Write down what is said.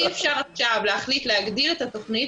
אי אפשר עכשיו להחליט להגדיל את התוכנית